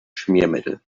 schmiermittel